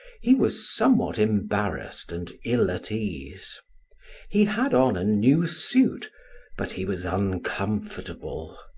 he was somewhat embarrassed and ill-at-ease. he had on a new suit but he was uncomfortable.